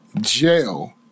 jail